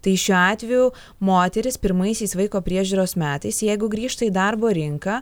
tai šiuo atveju moteris pirmaisiais vaiko priežiūros metais jeigu grįžta į darbo rinką